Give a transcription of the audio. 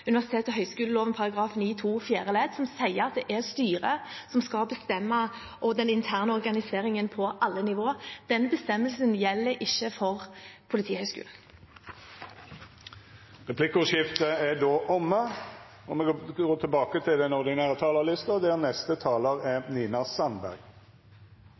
høyskoleloven § 9-2 fjerde ledd, som sier at det er styret som skal bestemme over den interne organiseringen på alle nivåer. Den bestemmelsen gjelder ikke for Politihøgskolen. Replikkordskiftet er omme. Utdanning og forskning er grunnlaget for utvikling, ny viten og nyskaping. Investeringer her blir avgjørende for omstillingen av Norge og